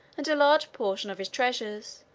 and a large portion of his treasures,